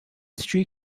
street